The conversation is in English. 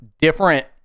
different